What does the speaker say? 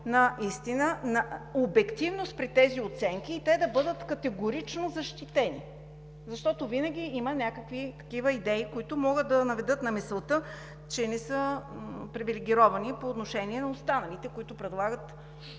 внимание на обективност при тези оценки и те да бъдат категорично защитени, защото винаги има някакви такива идеи, които могат да наведат на мисълта, че не са привилегировани по отношение на останалите, които предлагат